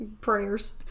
Prayers